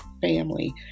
family